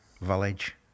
village